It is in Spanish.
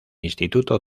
instituto